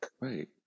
Right